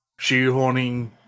shoehorning